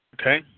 okay